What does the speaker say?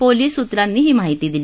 police सूत्रांनी ही माहिती दिली